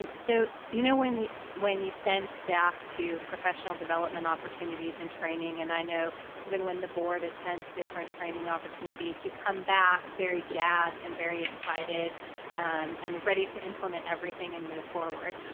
um so, you know when when you send staff to professional development opportunities and training, and i know even when the board attends different training opportunities, to come back very jazzed and very excited um and ready to implement everything and move forward.